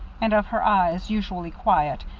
and of her eyes, usually quiet,